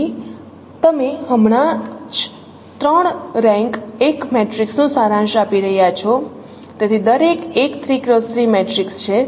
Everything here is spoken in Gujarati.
તેથી તમે હમણાં જ 3 રેન્ક 1 મેટ્રિકનો સારાંશ આપી રહ્યાં છો તેથી દરેક એક 3x3 મેટ્રિક્સ છે